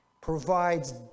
provides